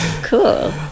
cool